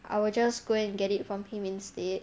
I will just go and get it from him instead